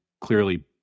clearly